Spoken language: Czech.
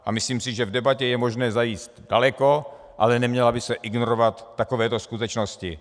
A myslím si, že v debatě je možné zajít daleko, ale neměly by se ignorovat takovéto skutečnosti.